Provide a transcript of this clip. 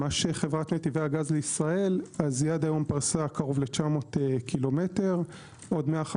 מה שחברת נתיבי הגז לישראל פרסה עד היום קרוב ל-900 ק"מ,